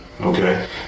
Okay